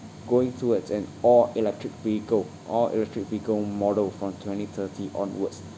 going towards an all electric vehicle all electric vehicle model from twenty thirty onwards